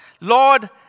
Lord